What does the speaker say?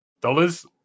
Dollars